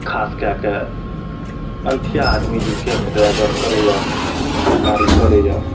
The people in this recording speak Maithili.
खासकए कऽ अनठिया आदमी जे ओ कैफ ड्राइबर करैया गाड़ी करैया